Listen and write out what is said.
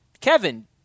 Kevin